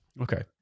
okay